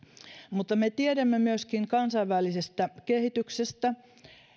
mutta me tiedämme myöskin kansainvälisestä kehityksestä